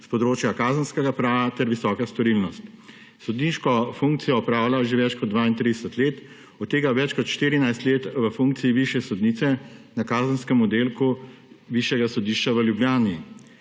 s področja kazenskega prava ter visoka storilnost. Sodniško funkcijo opravlja že več kot 32 let, od tega več kot štirinajst let v funkciji višje sodnice na Kazenskem oddelku Višjega sodišča v Ljubljani.